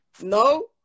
No